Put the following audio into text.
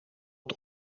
het